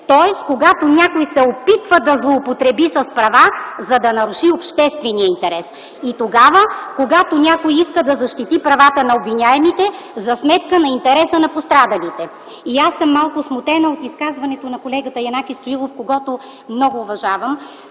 Тоест, когато някой се опитва да злоупотреби с права, за да наруши обществения интерес и когато някой иска да защити правата на обвиняемите за сметка на интереса на пострадалите. Аз съм малко смутена от изказването на колегата Янаки Стоилов, когото много уважавам